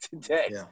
today